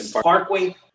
Parkway